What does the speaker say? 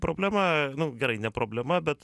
problema nu gerai ne problema bet